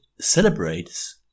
celebrates